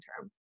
term